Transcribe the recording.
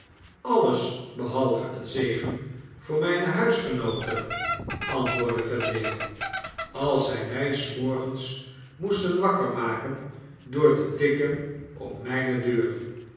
aues behalve een zegen voor mynehuisgenooten antwoordde vendale als zjj mjj s morgens moesten wakker makendoortetikken op myne deur